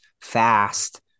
fast